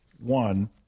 one